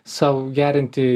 sau gerinti